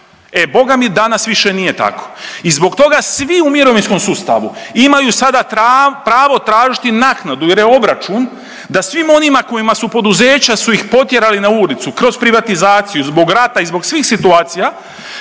e Boga mi danas više nije tako i zbog toga svi u mirovinskom sustavu imaju sada pravo tražiti naknadu jer je obračun da svim onima kojima su poduzeća su ih potjerali na ulicu kroz privatizaciju zbog rata i zbog svih situacija